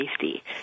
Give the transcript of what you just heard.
safety